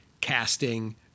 casting